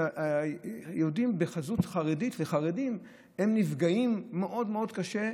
שיהודים בחזות חרדית וחרדים נפגעים מאוד מאוד קשה,